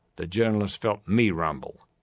the journalists felt me rumble.